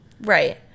Right